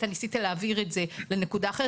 אתה ניסית להעביר את זה לנקודה אחרת,